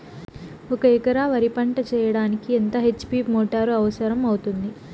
ఒక ఎకరా వరి పంట చెయ్యడానికి ఎంత హెచ్.పి మోటారు అవసరం అవుతుంది?